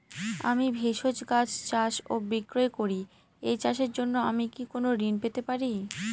আমি ভেষজ গাছ চাষ ও বিক্রয় করি এই চাষের জন্য আমি কি কোন ঋণ পেতে পারি?